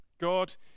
God